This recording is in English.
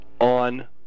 on